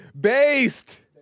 Based